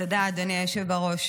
היושב בראש.